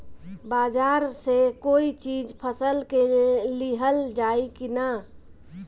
बाजार से कोई चीज फसल के लिहल जाई किना?